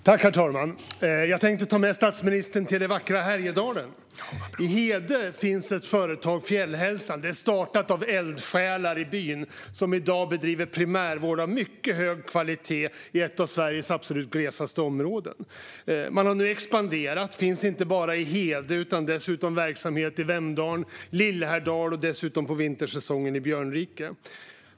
Herr talman! Jag tänkte ta med statsministern till det vackra Härjedalen. I Hede finns ett företag, Fjällhälsan, som är startat av eldsjälar i byn. Man bedriver i dag primärvård av mycket hög kvalitet i ett av Sveriges absolut glesaste områden. Företaget har nu expanderat och finns inte bara i Hede utan har verksamhet även i Vemdalen, Lillhärdal och under vintersäsongen dessutom i Björnrike.